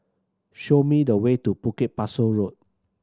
show me the way to Bukit Pasoh Road